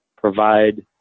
provide